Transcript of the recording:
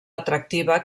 atractiva